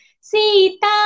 Sita